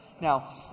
Now